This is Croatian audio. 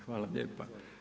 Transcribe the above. Hvala lijepo.